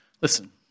Listen